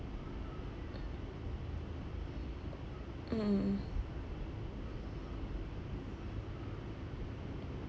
mm